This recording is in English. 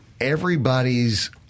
everybody's